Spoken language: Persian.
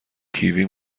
کیوی